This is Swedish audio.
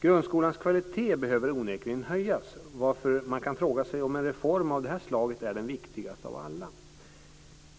Grundskolans kvalitet behöver onekligen höjas, varför man kan fråga sig om en reform av det här slaget är den viktigaste av alla.